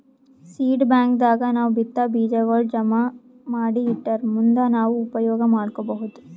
seed bank ದಾಗ್ ನಾವ್ ಬಿತ್ತಾ ಬೀಜಾಗೋಳ್ ಜಮಾ ಮಾಡಿ ಇಟ್ಟರ್ ಮುಂದ್ ನಾವ್ ಉಪಯೋಗ್ ಮಾಡ್ಕೊಬಹುದ್